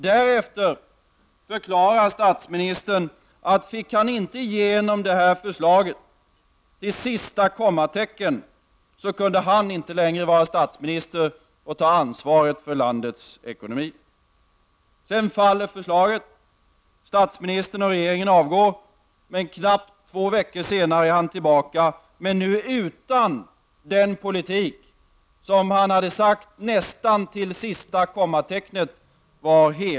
Därefter förklarade statsministern att om han inte fick igenom detta förslag till sista kommatecken, kunde han inte längre vara statsminister och ta ansvaret för landets ekonomi. Sedan faller förslaget, och statsministern och regeringen avgår. Knappt två veckor senare är Ingvar Carlsson tillbaka, men nu utan den politik som han sagt var helig för honom nästan till sista kommatecknet.